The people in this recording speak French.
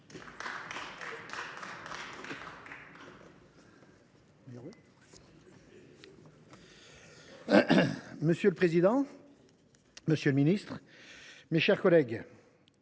Monsieur le président, monsieur le ministre, mes chers collègues,